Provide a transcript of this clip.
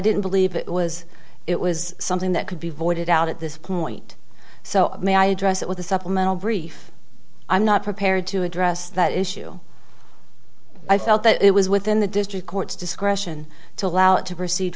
didn't believe it was it was something that could be voided out at this point so may i address it with a supplemental brief i'm not prepared to address that issue i felt that it was within the district court's discretion to allow it to proceed